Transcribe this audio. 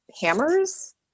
hammers